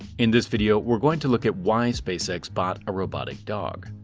in this video, we're going to look at why spacex bought a robotic dog.